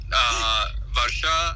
Varsha